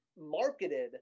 marketed